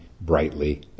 brightly